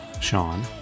Sean